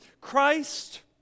Christ